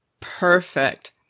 Perfect